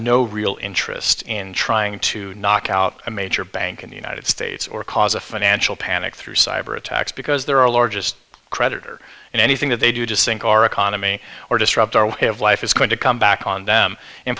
no real interest in trying to knock out a major bank in the united states or cause a financial panic through cyber attacks because there are a largest creditor and anything that they do to sink our economy or disrupt our way of life is going to come back on them and